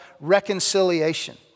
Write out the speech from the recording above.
reconciliation